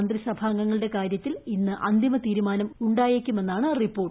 മന്ത്രിസഭാംഗങ്ങളുടെ കാര്യത്തിൽ ഇന്ന് അന്തിമ തീരുമാനം ഉണ്ടായേക്കുമെന്നാണ് റിപ്പോർട്ട്